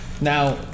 Now